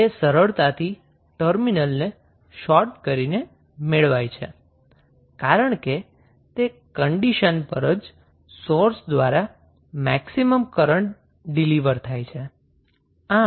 તે સરળતાથી ટર્મિનલને શોર્ટ કરીને મેળવાય છે કારણ કે તે કંડિશન પર જ સોર્સ દ્વારા મેક્સિમમ કરન્ટ ડિલિવર થાય છે